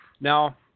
Now